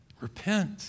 Repent